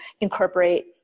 incorporate